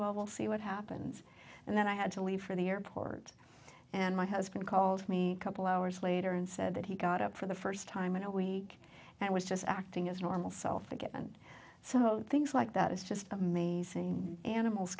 well we'll see what happens and then i had to leave for the airport and my husband called me a couple hours later and said that he got up for the first time in a week and was just acting as normal self again and so things like that is just amazing animals